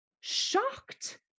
shocked